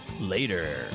later